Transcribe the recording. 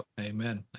Amen